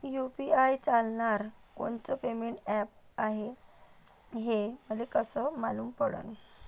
UPI चालणारं कोनचं payment app हाय, हे मले कस मालूम पडन?